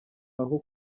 aho